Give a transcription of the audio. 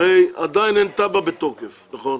הרי עדיין אין תב"ע בתוקף, נכון?